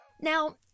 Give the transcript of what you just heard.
Now